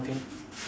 okay